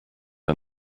and